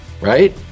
Right